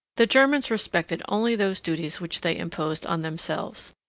the germans respected only those duties which they imposed on themselves.